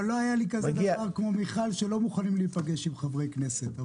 אבל לא היה לי דבר כמו מיכל שלא מוכנים להיפגש עם חברי כנסת.